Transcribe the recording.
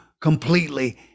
completely